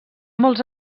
molts